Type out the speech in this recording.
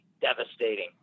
devastating